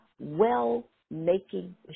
well-making